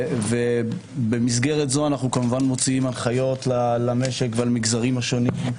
במסגרת זו אנו מוציאים הנחיות למשק ולמגזרים השונים,